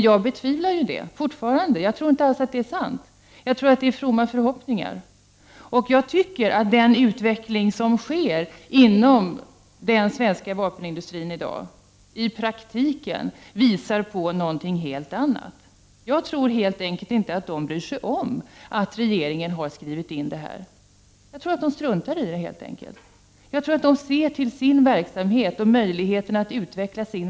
Jag betvivlar emellertid det fortfarande. Jag tror inte att det är sant, utan att det är en from förhoppning. Den utveckling som i dag sker inom den svenska vapenindustrin tycker jag i praktiken visar på något helt annat. Jag tror helt enkelt inte att industrin bryr sig om att regeringen har skrivit in det här. Industrin ser nog mera till sin verksamhet och möjligheten att utveckla den.